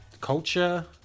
culture